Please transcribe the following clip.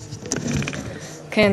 כן,